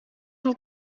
sont